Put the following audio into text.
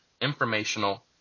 informational